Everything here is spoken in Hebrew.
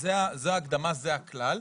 זו ההקדמה, זה הכלל.